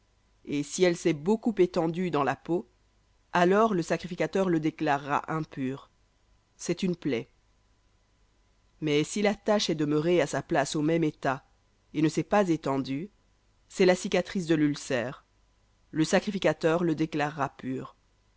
et si elle s'est beaucoup étendue dans la peau alors le sacrificateur le déclarera impur c'est une plaie mais si la tache est demeurée à sa place au même état ne s'est pas étendue c'est la cicatrice de l'ulcère le sacrificateur le déclarera pur